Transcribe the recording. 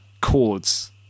chords